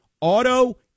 auto